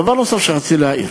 דבר נוסף שרציתי להעיר